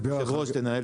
היושב-ראש, תנהל את הדיון.